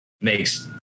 makes